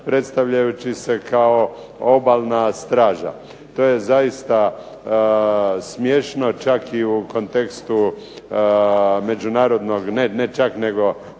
predstavljajući se kao Obalna straža. To je zaista smiješno, čak i u kontekstu međunarodnog, ne čak nego